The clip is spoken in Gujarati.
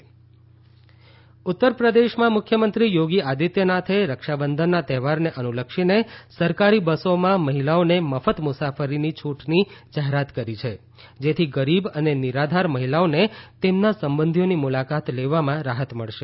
રક્ષાબંધન ઉત્તરપ્રદેશ ઉત્તરપ્રદેશમાં મુખ્યમંત્રી યોગી આદિત્યનાથે રક્ષાબંધનના તહેવારને અનુલક્ષીને સરકારી બસોમાં મહિલાઓને મફત મુસાફરીની છૂટની જાહેરાત કરી છે જેથી ગરીબ અને નિરાધાર મહિલાઓને તેમના સંબંધીઓની મુલાકાત લેવામાં રાહત મળશે